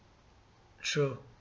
true